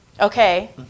Okay